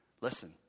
Listen